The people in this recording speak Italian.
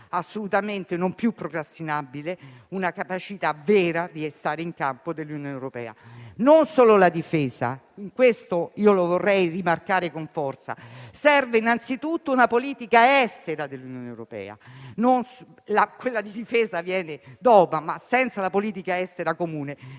assolutamente più procrastinabile una capacità vera di stare in campo dell'Unione europea, e non solo in termini di difesa, questo lo vorrei rimarcare con forza. Serve innanzitutto una politica estera dell'Unione europea, la difesa viene dopo: senza la politica estera comune